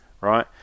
right